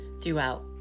throughout